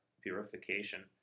purification